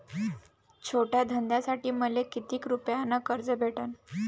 छोट्या धंद्यासाठी मले कितीक रुपयानं कर्ज भेटन?